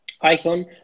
icon